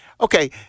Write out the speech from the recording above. okay